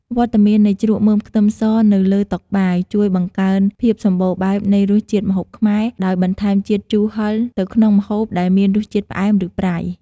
វត្តមាននៃជ្រក់មើមខ្ទឹមសនៅលើតុបាយ ជួយបង្កើនភាពសម្បូរបែបនៃរសជាតិម្ហូបខ្មែរ ដោយបន្ថែមជាតិជូរហឹរ ទៅក្នុងម្ហូបដែលមានជាតិផ្អែម ឬប្រៃ។